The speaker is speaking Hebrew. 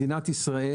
מדינת ישראל,